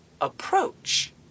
approach